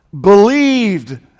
believed